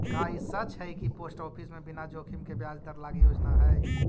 का ई सच हई कि पोस्ट ऑफिस में बिना जोखिम के ब्याज दर लागी योजना हई?